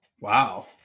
Wow